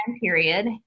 period